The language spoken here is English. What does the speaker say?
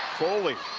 foley,